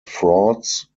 frauds